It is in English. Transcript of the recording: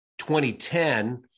2010